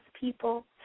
people